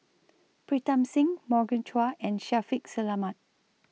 Pritam Singh Morgan Chua and Shaffiq Selamat